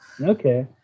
Okay